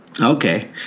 okay